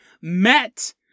met